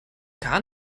gar